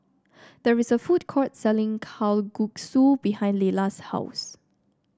there is a food court selling Kalguksu behind Leyla's house